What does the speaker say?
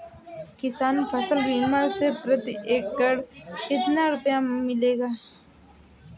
किसान फसल बीमा से प्रति एकड़ कितना रुपया मिलेगा?